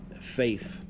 faith